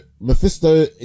Mephisto